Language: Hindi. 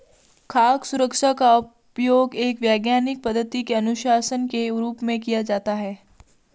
खाद्य सुरक्षा का उपयोग एक वैज्ञानिक पद्धति अनुशासन के रूप में किया जाता है